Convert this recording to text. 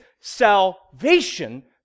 salvation